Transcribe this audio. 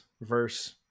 verse